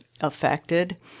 affected